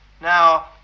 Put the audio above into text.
Now